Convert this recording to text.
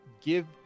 give